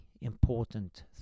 important